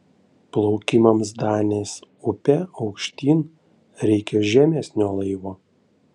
plaukimams danės upe aukštyn reikia žemesnio laivo